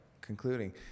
concluding